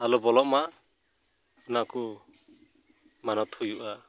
ᱟᱞᱚ ᱵᱚᱞᱚᱱ ᱢᱟ ᱚᱱᱟᱠᱚ ᱢᱟᱱᱚᱛ ᱦᱩᱭᱩᱜᱼᱟ